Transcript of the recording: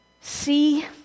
See